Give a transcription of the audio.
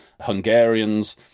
Hungarians